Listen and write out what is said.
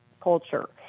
culture